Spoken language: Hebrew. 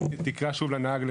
תקרא שוב לנהג?